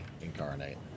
incarnate